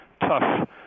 tough